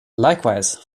likewise